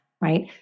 right